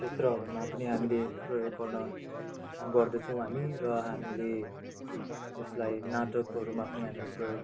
क्षेत्रहरूमा पनि हामीले प्रयोग गर्ने गर्दैछौँ हामी र हामीले यसलाई नाटकहरूमा पनि हामीले प्रयोग